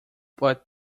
but